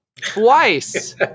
twice